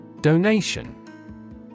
Donation